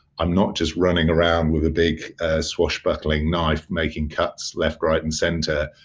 i'm not just running around with a big swashbuckling knife making cuts left, right, and center,